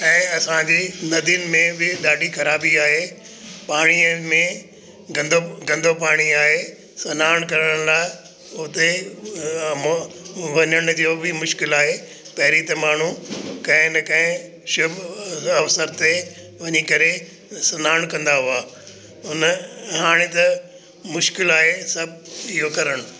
ऐं असांजे नदियुनि में बि ॾाढी ख़राबी आहे पाणीअ में गंदो गंदो पाणी आहे सनानु करण लाइ उते मो वञण जो बि मुश्किलु आहे पहिरीं त माण्हू कंहिं न कंहिं शुभ अवसर ते वञी करे सनानु कंदा हुआ उन हाणे त मुश्किलु आहे सभु इहो करणु